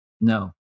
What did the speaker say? No